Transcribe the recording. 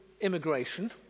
immigration